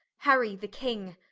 harry the king,